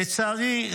לצערי,